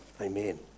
Amen